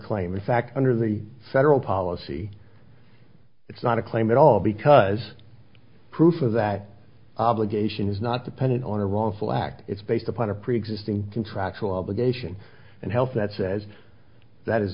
claim in fact under the federal policy it's not a claim at all because proof of that obligation is not dependent on a wrongful act it's based upon a preexisting contractual obligation and health that says that is